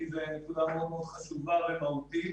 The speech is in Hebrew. כי זאת נקודה מאוד חשובה ומהותית,